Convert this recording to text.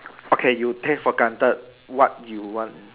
okay you take for granted what you want